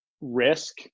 risk